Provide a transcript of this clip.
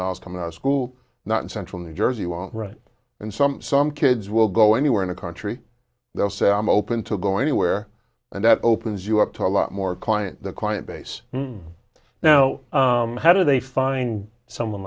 dollars coming out of school not in central new jersey won't right and some some kids will go anywhere in the country they'll say i'm open to go anywhere and that opens you up to a lot more client client base now how do they find someone